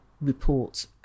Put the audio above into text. report